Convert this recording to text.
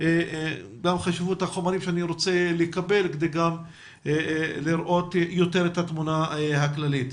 חשוב לי לקבל גם חומרים כדי לראות יותר את התמונה הכללית.